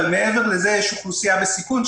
מעבר לזה יש אוכלוסייה בסיכון,